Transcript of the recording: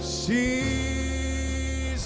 see